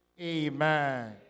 amen